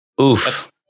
Oof